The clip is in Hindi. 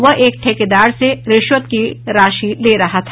वह एक ठेकेदार से रिश्वत की राशि ले रहा था